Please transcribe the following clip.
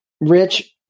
Rich